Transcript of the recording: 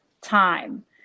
time